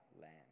land